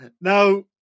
now